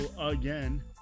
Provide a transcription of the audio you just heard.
again